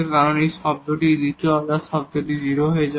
কারণ যদি এই টার্মটি দ্বিতীয় অর্ডার টার্মটি 0 হয়ে যায়